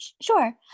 Sure